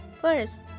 first